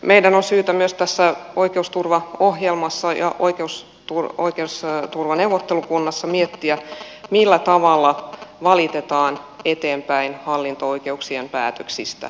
meidän on syytä myös tässä oikeusturvaohjelmassa ja oikeus turku on jo saatu oikeusturvaneuvottelukunnassa miettiä millä tavalla valitetaan eteenpäin hallinto oikeuksien päätöksistä